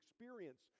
experience